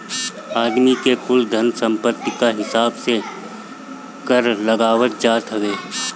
आदमी के कुल धन सम्पत्ति कअ हिसाब से कर लगावल जात हवे